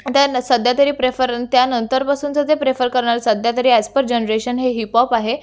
तर ना सध्या तरी प्रेफरन त्या नंतरपासून जर ते प्रेफर करणार सध्या तरी ॲज पर जनरेशन हे हिपॉप आहे